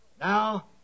Now